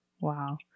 Wow